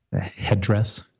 headdress